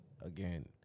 again